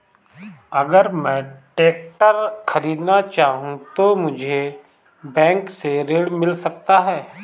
अगर मैं ट्रैक्टर खरीदना चाहूं तो मुझे बैंक से ऋण मिल सकता है?